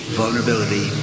vulnerability